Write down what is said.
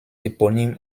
éponyme